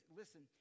listen